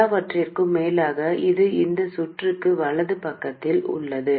எல்லாவற்றிற்கும் மேலாக இது இந்த சுற்றுக்கு வலது பக்கத்தில் உள்ளது